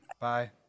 Bye